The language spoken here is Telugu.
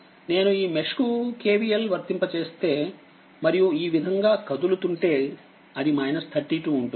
నేను ఈ మెష్ కు KVLవర్తింపజేస్తే మరియు ఈ విధంగా కదులుతుంటేఅది 32 ఉంటుంది